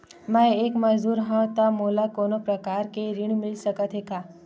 मैं एक मजदूर हंव त मोला कोनो प्रकार के ऋण मिल सकत हे का?